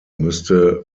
müsste